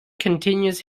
continues